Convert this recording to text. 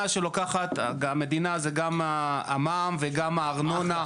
המדינה זה גם המע"מ וגם הארנונה.